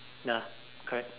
ya correct